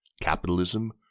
capitalism